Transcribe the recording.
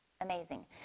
amazing